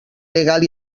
legal